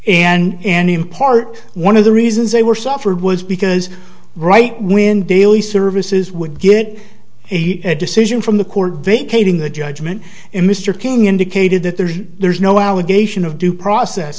substantial and in part one of the reasons they were suffered was because right when daily services would get a decision from the court vacating the judgment and mr king indicated that there's there's no allegation of due process